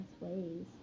ways